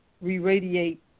re-radiate